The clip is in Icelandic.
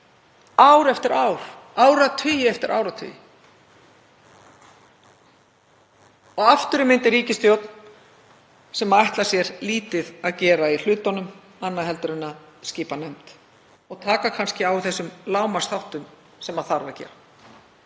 ár eftir ár, áratugi eftir áratugi. Og aftur er mynduð ríkisstjórn sem ætlar sér lítið að gera í hlutunum annað en að skipa nefnd og taka kannski á þessum lágmarksþáttum sem þarf að gera.